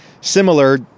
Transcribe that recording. similar